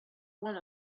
one